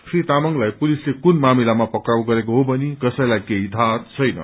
श्री तामाङलाई पुलिसले कून मामिलामा पक्राउ गरेको हो भनी कसैलाई केही थाह छैन